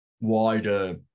wider